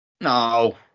No